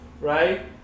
right